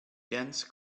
dense